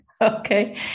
Okay